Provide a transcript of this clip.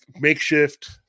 makeshift